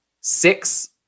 six